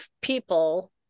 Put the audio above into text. people